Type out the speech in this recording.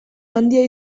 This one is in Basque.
handia